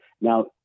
Now